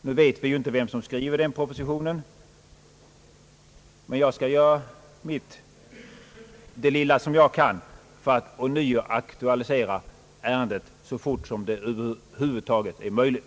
Nu vet vi ju inte vem som skriver den propositionen, men jag skall göra mitt — det lilla jag kan — för att ånyo aktualisera ärendet, så fort det över huvud taget är möjligt.